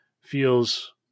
feels